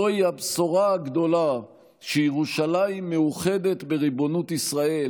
זוהי הבשורה הגדולה שירושלים מאוחדת בריבונות ישראל